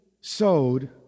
sowed